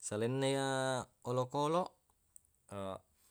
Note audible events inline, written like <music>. selainna olokoloq <hesitation>